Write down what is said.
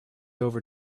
over